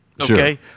okay